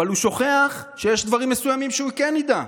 אבל הוא שוכח שיש דברים מסוימים שבהם הוא כן ייגע.